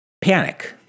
panic